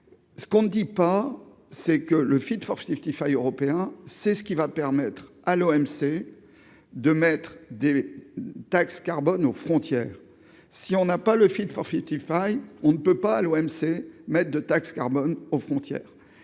ce qu'on ne dit pas, c'est que le film forcé qu'il faille européen, c'est ce qui va permettre à l'OMC, de mettre des taxes carbone aux frontières, si on n'a pas le fil forfait il faille on ne peut pas l'OMC maître de taxe carbone aux frontières